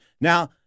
Now